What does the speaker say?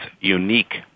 unique